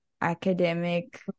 academic